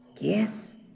Yes